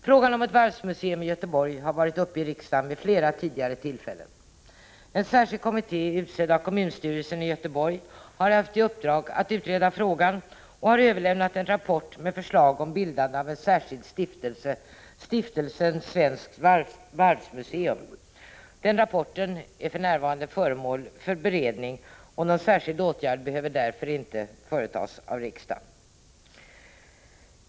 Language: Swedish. Frågan om ett varvsmuseum i Göteborg har varit uppe i riksdagen vid flera tillfällen tidigare. En särskild kommitté, utsedd av kommunstyrelsen i Göteborg, har haft i uppdrag att utreda frågan och har överlämnat en rapport med förslag om bildande av en särskild stiftelse, Stiftelsen Svenskt varvsmuseum. Denna rapport är för närvarande föremål för beredning, och någon särskild åtgärd behöver därför inte vidtas av riksdagen.